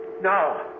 No